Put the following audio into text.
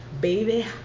baby